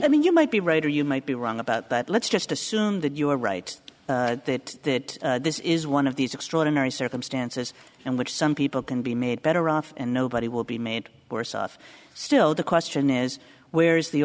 i mean you might be right or you might be wrong about that let's just assume that you are right that that this is one of these extraordinary circumstances and which some people can be made better off and nobody will be made worse off still the question is where is the